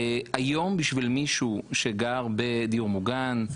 היום בשביל מישהו שגר בדיור מוגן,